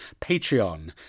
patreon